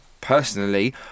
personally